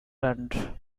planned